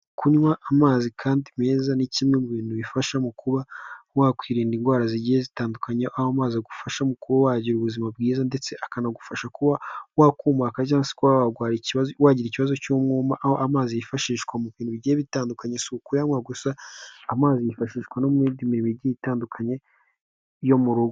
Kunywa amazi kandi meza ni kimwe mu bintu bifasha mu kuba wakwirinda indwara zigiye zitandukanye, aho umazi agufasha kuba wagira ubuzima bwiza, ndetse akanagufasha kuba wakumuka cyangwa se wagira ikibazo cy'umwuma, aho amazi yifashishwa mu bintu bigiye bitandukanye, si ukuyanywa gusa, amazi yifashishwa no mu yindi mirimo igiye itandukanye yo mu rugo.